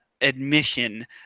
admission